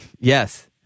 Yes